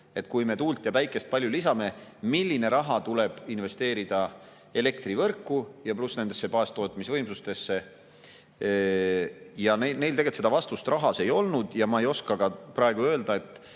et kui me palju tuult ja päikest lisame, siis milline raha tuleb investeerida elektrivõrku ja pluss nendesse baastootmisvõimsustesse. Neil seda vastust rahas ei olnud ja ma ei oska ka praegu öelda, kas